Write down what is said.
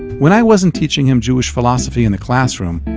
when i wasn't teaching him jewish philosophy in the classroom,